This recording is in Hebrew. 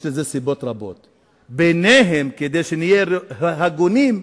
יש לזה סיבות רבות, וכדי שנהיה הגונים,